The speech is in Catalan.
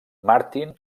martin